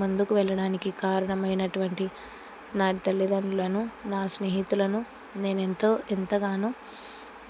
ముందుకు వెళ్ళడానికి కారణమైనటువంటి నా తల్లిదండ్రులను నా స్నేహితులను నేనెంతో ఎంతగానో